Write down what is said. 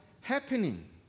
happening